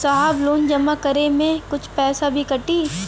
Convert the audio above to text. साहब लोन जमा करें में कुछ पैसा भी कटी?